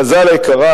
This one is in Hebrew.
מזל היקרה,